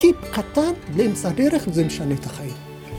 טיפ קטן באמצע הדרך זה משנה את החיים.